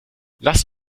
lass